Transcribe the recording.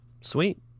Sweet